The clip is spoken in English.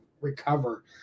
recover